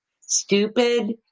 Stupid